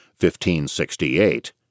1568